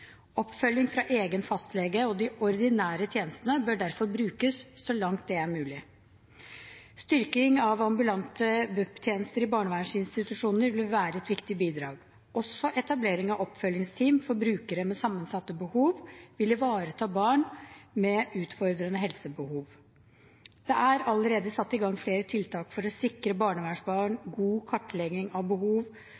Oppfølging fra egen fastlege og de ordinære tjenestene bør derfor brukes så langt det er mulig. Styrking av ambulante BUP-tjenester i barnevernsinstitusjoner vil være et viktig bidrag. Også etablering av oppfølgingsteam for brukere med sammensatte behov vil ivareta barn med utfordrende helsebehov. Det er allerede satt i gang flere tiltak for å sikre barnevernsbarn